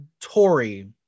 Tory